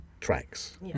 tracks